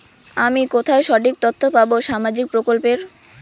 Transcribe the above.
আমি কোথায় সঠিক তথ্য পাবো সামাজিক প্রকল্পের?